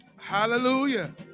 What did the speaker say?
Hallelujah